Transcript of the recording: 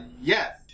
yes